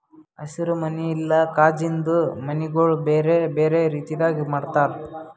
ಹಸಿರು ಮನಿ ಇಲ್ಲಾ ಕಾಜಿಂದು ಮನಿಗೊಳ್ ಬೇರೆ ಬೇರೆ ರೀತಿದಾಗ್ ಮಾಡ್ತಾರ